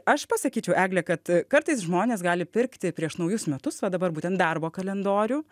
aš pasakyčiau egle kad kartais žmonės gali pirkti prieš naujus metus va dabar būtent darbo kalendorių